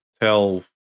tell